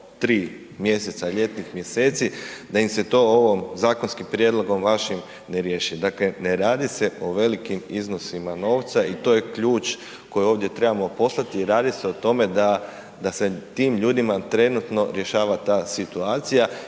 tri mjeseca ljetnih mjeseci da im se to ovom, zakonskim prijedlogom vašim ne riješi. Dakle, ne radi se o velikim iznosima novca i to je ključ koji ovdje trebamo poslati. Radi se o tome da, da se tim ljudima trenutno rješava ta situacija